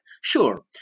Sure